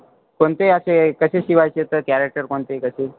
कोणते असे कसे शिवायचे तर कॅरेक्टर कोणते कसे